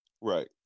Right